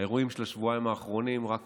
האירועים של השבועיים האחרונים רק